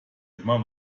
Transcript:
immer